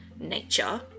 nature